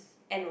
ant also